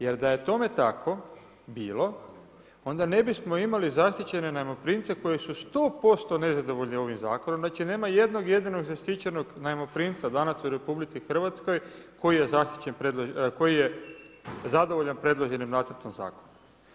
Jer da je tome tako bilo onda ne bismo imali zaštićene najmoprimce koji su 100% nezadovoljni ovim zakonom, znači nema jednog jedinog zaštićenog najmoprimca danas u RH koji je zadovoljan predloženim nacrtom zakona.